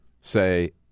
say